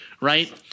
right